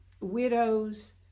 widows